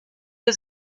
für